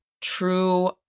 true